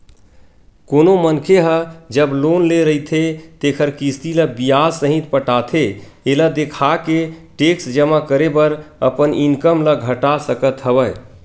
कोनो मनखे ह जब लोन ले रहिथे तेखर किस्ती ल बियाज सहित पटाथे एला देखाके टेक्स जमा करे बर अपन इनकम ल घटा सकत हवय